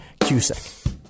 Cusick